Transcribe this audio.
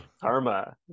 Karma